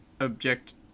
object